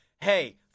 hey